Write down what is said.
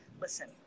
listen